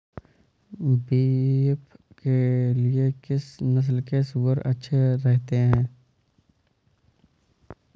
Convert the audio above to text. Beef के लिए किस नस्ल के सूअर अच्छे रहते हैं?